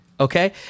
Okay